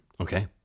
Okay